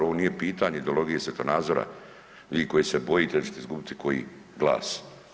Ovo nije pitanje ideologije i svjetonazora vi koji se bojite da ćete izgubiti koji glas.